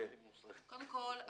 קודם כול,